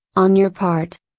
on your part.